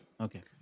Okay